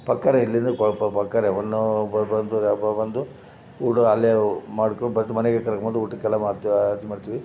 ಪಕ್ಕವೇ ಇಲ್ಲಿಂದ ಪಕ್ಕವೇ ಒಂದು ಒಂದು ಊಟ ಅಲ್ಲಿಯೇ ಮಾಡ್ಕೊ ಬಂದ್ ಮನೆಗೆ ಕರ್ಕೊಂಡು ಊಟಕ್ಕೆಲ್ಲ ಮಾಡ್ತೀವಿ ಅದು ಮಾಡ್ತೀವಿ